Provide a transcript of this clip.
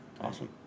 awesome